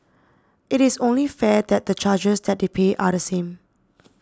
it is only fair that the charges that they pay are the same